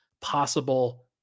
possible